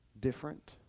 different